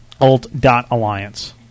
Alt.alliance